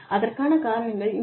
அதற்கான காரணங்கள் இங்கே